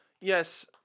yes